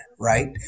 right